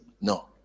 no